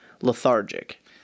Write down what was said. lethargic